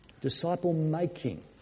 disciple-making